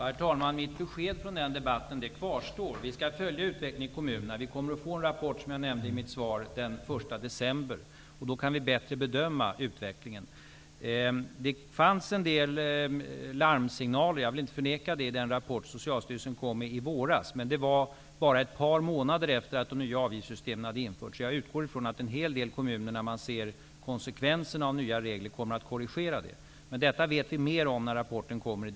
Herr talman! Mitt besked från den debatten kvarstår. Vi skall följa utvecklingen i kommunerna, och vi kommer -- som jag nämnde i mitt svar -- att få en rapport den 1 december. Då kan vi bättre bedöma utvecklingen. Det finns en del larmsignaler, det vill jag inte förneka, i den rapport som Socialstyrelsen kom med i våras. Men det var bara ett par månader efter det att de nya avgiftssystemen hade införts. Jag utgår därför från att en hel del kommuner, när man ser konsekvenserna av de nya reglerna, kommer att göra korrigeringar. Men detta vet vi mera om i december när rapporten kommer.